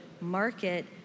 market